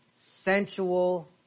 sensual